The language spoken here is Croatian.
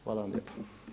Hvala vam lijepa.